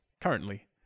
currently